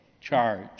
charge